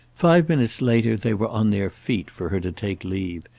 five minutes later they were on their feet for her to take leave,